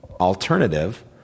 alternative